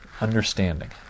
understanding